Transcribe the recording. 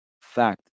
fact